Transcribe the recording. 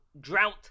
drought